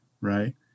Right